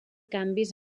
canvis